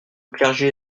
clergé